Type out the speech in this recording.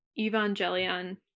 Evangelion